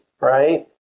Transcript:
right